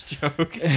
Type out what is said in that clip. joke